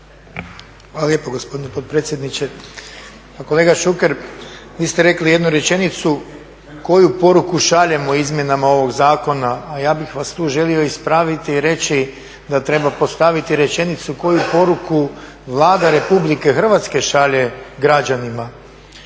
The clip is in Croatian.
Hvala lijepa gospodine potpredsjedniče. Pa kolega Šuker vi ste rekli jednu rečenicu koju poruku šaljemo izmjenama ovih zakona, a ja bih tu želio ispraviti i reći da treba postaviti rečenicu koju poruku Vlada RH šalje građanima.